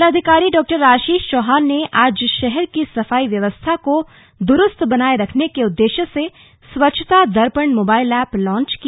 जिलाधिकारी डॉ आशीष चौहान ने आज शहर की सफाई व्यवस्था को दुरुस्त बनाए रखने के उददेश्य से Swachhta Darpan mobile app launch किया